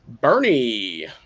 Bernie